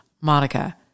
Monica